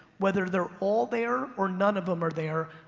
whether they're all they're or none of them are there,